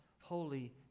holy